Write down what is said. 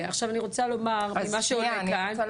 ממה שאני מבינה